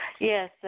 Yes